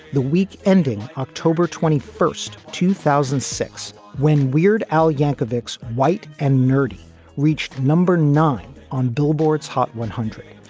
the week ending october twenty first, two thousand and six, when weird al yankovic s white and nerdy reached number nine on billboard's hot one hundred.